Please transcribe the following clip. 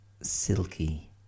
silky